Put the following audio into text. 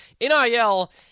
NIL